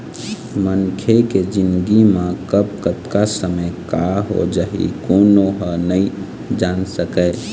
मनखे के जिनगी म कब, कतका समे का हो जाही कोनो ह नइ जान सकय